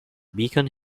beacon